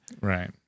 Right